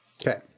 Okay